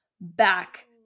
back